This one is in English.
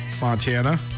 Montana